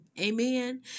amen